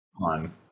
on